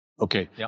Okay